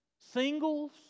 singles